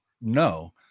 no